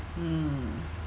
mm